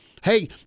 Hey